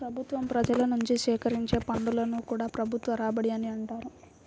ప్రభుత్వం ప్రజల నుంచి సేకరించే పన్నులను కూడా ప్రభుత్వ రాబడి అనే అంటారు